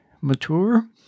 mature